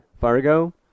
Fargo